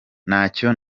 ntacyo